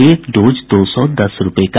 एक डोज दो सौ दस रूपये का